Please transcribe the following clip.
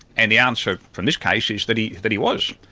and the answer from this case is that he that he was.